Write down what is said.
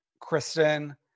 Kristen